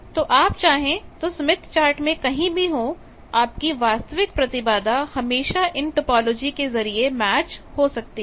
तो आप चाहे स्मिथ चार्ट में कहीं भी हो आपकी वास्तविक प्रतिबाधा हमेशाइन टोपोलॉजी के जरिए मैच हो सकती है